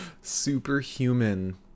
superhuman